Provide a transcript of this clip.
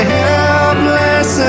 helpless